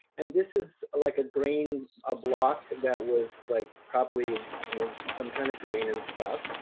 and this is like a grain, a block, that was like probably and you know some kind of grain and stuff.